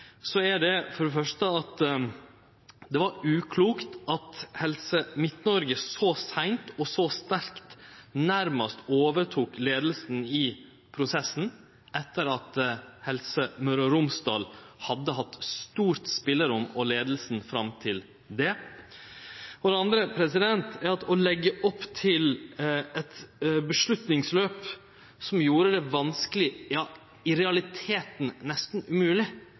det for det første var uklokt at Helse Midt-Noreg så seint og så sterkt nærmast overtok leiinga i prosessen, etter at Helse Møre og Romsdal hadde hatt stort spelerom og leiinga fram til det. For det andre: Å leggje opp til eit løp med omsyn til avgjerder som gjorde det vanskeleg – ja, i realiteten nesten